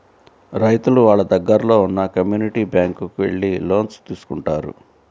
రైతులు వాళ్ళ దగ్గరలో ఉన్న కమ్యూనిటీ బ్యాంక్ కు వెళ్లి లోన్స్ తీసుకుంటారు